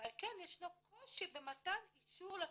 ועל כן ישנו קושי במתן אישור לתכניות".